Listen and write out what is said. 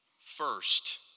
first